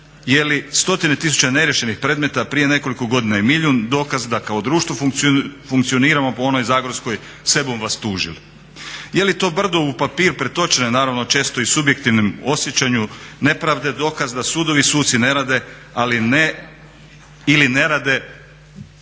Je li stotine tisuća neriješenih predmeta, prije nekoliko godina je milijun, dokaz da kao društvo funkcioniramo po onoj zagorskoj "se bum vas tužil". Je li to brdo u papir pretočene naravno često i subjektivnom osjećanju nepravde dokaz da sudovi i suci ne rade ili ne rade